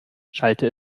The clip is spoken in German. schallte